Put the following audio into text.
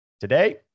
Today